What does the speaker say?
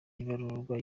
ibaruwa